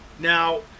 Now